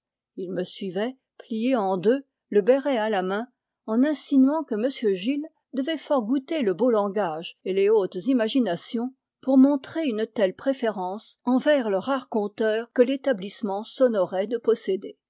il me suivait plié en jeux le béret à la main en insinuant que m gilles devait fort goûter le beau langage et les hautes imaginations pour montrer une elle préférence envers le rare conteur que l'établissement s'honorait de posséder